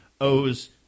owes